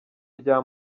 rya